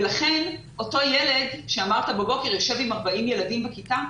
לכן אותו ילד שאמרת שבבוקר יושב עם 40 ילדים בכיתה,